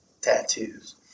tattoos